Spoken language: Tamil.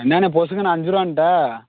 என்ன அண்ணே பொசுக்குன்னு அஞ்சு ரூபான்ட்ட